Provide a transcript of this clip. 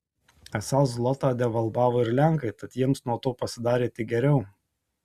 esą zlotą devalvavo ir lenkai tad jiems nuo to pasidarė tik geriau